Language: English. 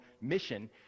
mission